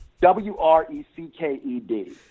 W-R-E-C-K-E-D